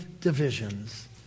divisions